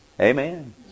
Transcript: Amen